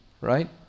right